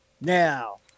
Now